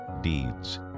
deeds